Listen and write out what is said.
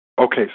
Okay